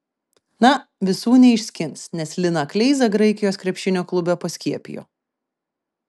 na visų neišskins nes liną kleizą graikijos krepšinio klube paskiepijo